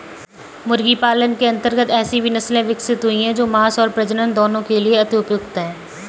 मुर्गी पालन के अंतर्गत ऐसी भी नसले विकसित हुई हैं जो मांस और प्रजनन दोनों के लिए अति उपयुक्त हैं